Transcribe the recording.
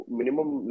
minimum